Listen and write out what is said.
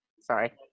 Sorry